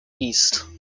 east